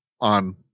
on